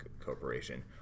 corporation